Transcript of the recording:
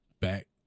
back